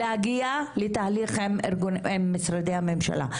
להגיע לתהליך עם משרדי הממשלה,